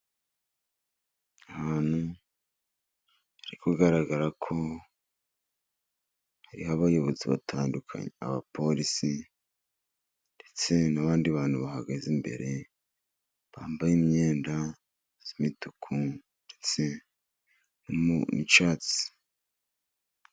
Ahantu hari kugaragara ko hariho abayobozi batandukanye, abapolisi ndetse n'abandi bantu bahagaze imbere bambaye imyenda y'imituku ndetse n'icyatsi.